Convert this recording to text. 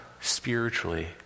spiritually